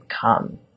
come